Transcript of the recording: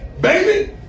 baby